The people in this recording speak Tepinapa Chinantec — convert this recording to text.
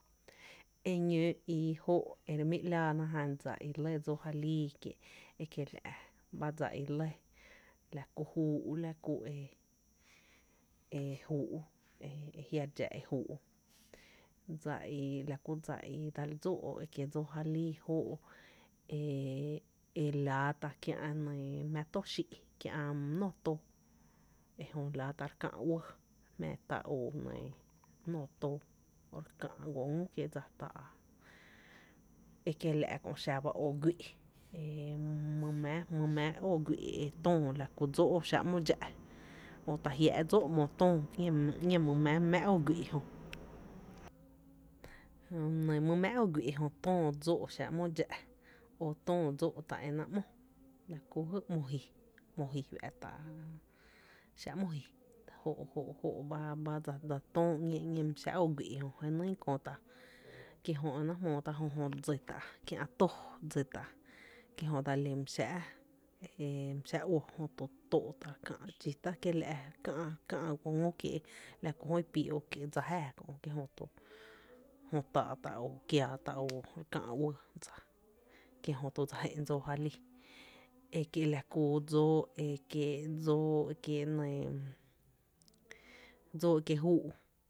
Eñóó ii jó’ re mi ‘láána jan dsa i lɇ dsóó ja lii kié’ kiela’ ba dsa i lɇ la kú juu’ la ku e juu’, ejia’ re dxa e júú’ dsa i, la ku dsa i dsal dsóó e kiee’ dsóó ja lii jó’ e laa ta’ kiä’ mⱥⱥ tóo xii’ kiä’ my nóoó tóó e jö láá tá’ re kä’ uɇɇ, jmⱥⱥ tá oo jö nɇɇ nóoó tóó jö re kä’ guo ngü kiee’ dsa taa’ ekiela’ kö’ xaba oo guí’ e my mⱥⱥ oo guí’ e töö la ku dsóó’ xaá´’ ‘mo dxá’ o ta jiáá’ dsóó’ ‘mo töö ‘ñee mý mⱥⱥ óó guí’ jö jö my mⱥⱥ óó guí’ jö töö dsóó’ xáá’ ´mo dxá’ o töö dsóó’ t e´náá’ ´mo laa ku jy ‘mo ji, ji fⱥⱥ’tá’ xáá’ ‘mo jó ba ba ba dse töö ‘ñéé my xáá’ óó guí’ e je nyy kö tá’, kie’ jö e náá’ jmóó tá’ jö, jö dsi tá’ kiä’ tóó dsi ta’ kie jö dsalí my xáá’ e uó kie’ jö tóó’ tá’ la gáá’ dxíta’ kiela’ re kä’ guó ngü kiee’ la ku jö i píí’ kiela’ dsa jáaá kö’ jö taa’ tá’ oo, kiää tá’ oo re káä uɇɇ dsa, kiejö to dse jé’n dsóó ja lii ekie’ la kú dsóó e kiee’ dsóo e nɇɇ dsóó ekiee’ juu’